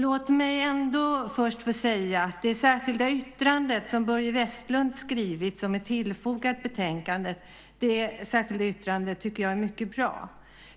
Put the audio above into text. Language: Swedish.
Låt mig först få säga att det särskilda yttrande som Börje Vestlund har skrivit och som är fogat till betänkandet är mycket bra.